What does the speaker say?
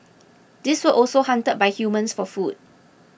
these were also hunted by humans for food